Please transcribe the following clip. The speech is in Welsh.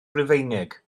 rufeinig